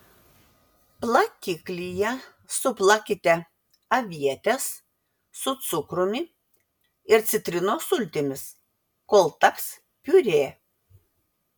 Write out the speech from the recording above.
plakiklyje suplakite avietes su cukrumi ir citrinos sultimis kol taps piurė